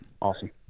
awesome